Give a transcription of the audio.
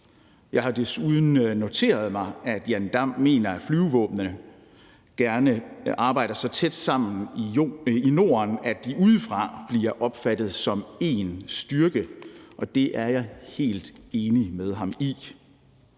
Jeg har desuden noteret mig, at Jan Dam mener, at flyvevåbnene gerne arbejder så tæt sammen i Norden, af de udefra bliver opfattet som én styrke, og det er jeg helt enig med ham i.